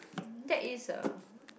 that is ah